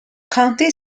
county